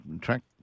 Track